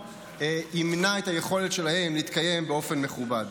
ימנע את היכולת שלהם להתקיים באופן מכובד.